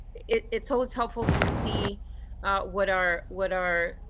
it's always helpful to see what our what our